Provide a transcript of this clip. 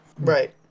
right